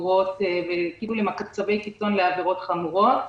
למצבי קיצון בעבירות חמורות.